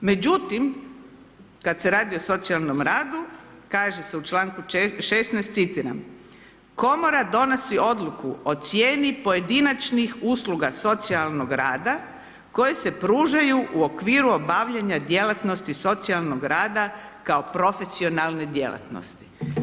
Međutim, kad se radi o socijalnom radu, kaže se u članku 16., citiram, Komora donosi odluku o cijeni pojedinačnih usluga socijalnog rada koje se pružaju u okviru obavljanja djelatnosti socijalnog rada kao profesionalne djelatnosti.